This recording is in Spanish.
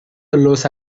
los